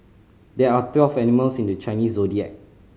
there are twelve animals in the Chinese Zodiac